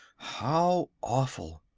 how awful!